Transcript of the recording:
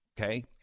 okay